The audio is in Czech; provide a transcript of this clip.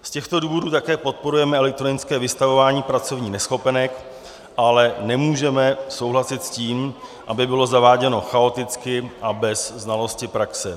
Z těchto důvodů také podporujeme elektronické vystavování pracovních neschopenek, ale nemůžeme souhlasit s tím, aby bylo zaváděno chaoticky a bez znalosti praxe.